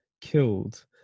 killed